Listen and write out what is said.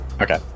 Okay